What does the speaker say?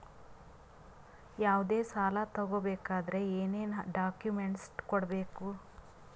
ಯಾವುದೇ ಸಾಲ ತಗೊ ಬೇಕಾದ್ರೆ ಏನೇನ್ ಡಾಕ್ಯೂಮೆಂಟ್ಸ್ ಕೊಡಬೇಕು?